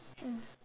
mm